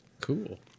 Cool